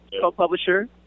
co-publisher